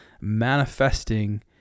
manifesting